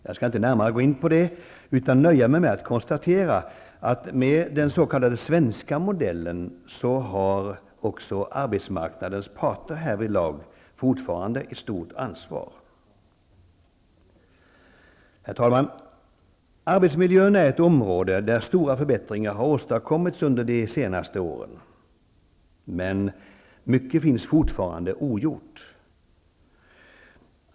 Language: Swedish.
Jag skall inte närmare gå in på detta, utan nöja mig med att konstatera att med den s.k. svenska modellen har också arbetsmarknadens parter härvidlag fortfarande ett stort ansvar. Herr talman! Arbetsmiljön är ett område där stora förbättringar har åstadkommits under de senaste åren. Men mycket finns fortfarande ogjort.